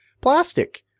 Plastic